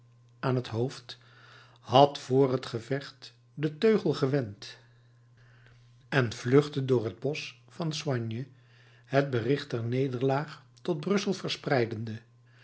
aan t hoofd had vr het gevecht den teugel gewend en vluchtte door het bosch van soignes het bericht der nederlaag tot brussel verspreidende